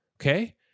okay